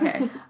Okay